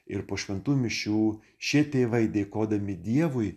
ir po šventų mišių šie tėvai dėkodami dievui